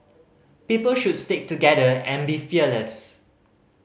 people should stick together and be fearless